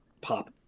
pop